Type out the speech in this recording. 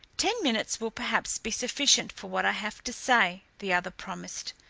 ten minutes will perhaps be sufficient for what i have to say, the other promised.